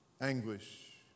anguish